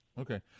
Okay